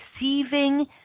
receiving